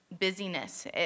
busyness